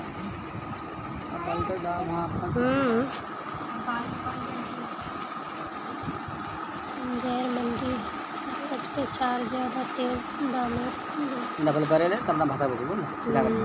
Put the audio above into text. संजयर मंडी त सब से चार ज्यादा तेज़ दामोंत बिकल्ये